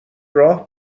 راه